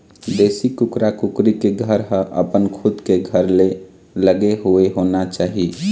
देशी कुकरा कुकरी के घर ह अपन खुद के घर ले लगे हुए होना चाही